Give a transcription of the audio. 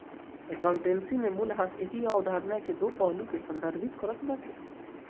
accountancy में मूल्यह्रास एकही अवधारणा के दो पहलू के संदर्भित करत बाटे